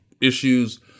issues